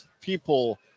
people